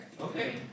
Okay